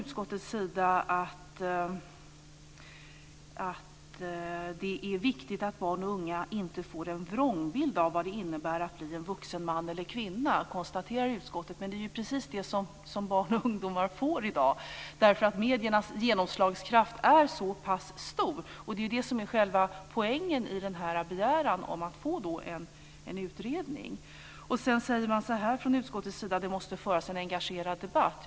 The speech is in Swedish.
Utskottet konstaterar att det är viktigt att barn och unga inte får en vrångbild av vad det innebär att bli en vuxen man eller kvinna. Men det är ju precis det som barn och ungdomar får i dag. Mediernas genomslagskraft är så pass stor, och det är det som är själva poängen i den här begäran om att få en utredning. Sedan säger man från utskottets sida att det måste föras en engagerad debatt.